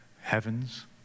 heavens